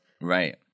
Right